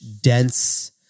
dense